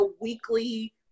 weekly